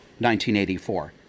1984